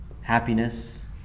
happiness